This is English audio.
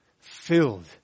Filled